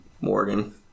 Morgan